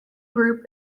group